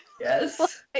Yes